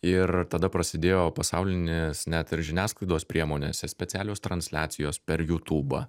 ir tada prasidėjo pasaulinis net ir žiniasklaidos priemonėse specialios transliacijos per jutubą